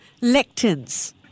lectins